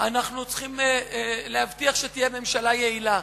אנחנו צריכים להבטיח שתהיה ממשלה יעילה.